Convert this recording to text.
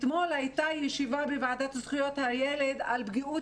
אתמול הייתה ישיבה בוועדת זכויות הילד, על פגיעות